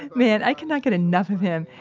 man, i cannot get enough of him.